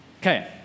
Okay